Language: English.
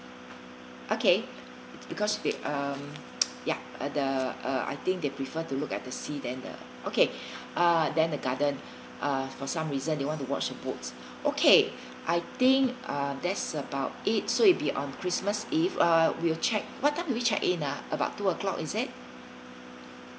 okay because we um ya the uh I think they prefer to look at the sea than uh okay uh than the garden uh for some reason they want to watch the boats okay I think uh that's about it so it'll be on christmas eve uh we will check what time do we check in ah about two o'clock is it